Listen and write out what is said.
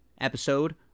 episode